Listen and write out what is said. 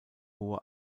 hohe